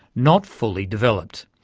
not fully developed.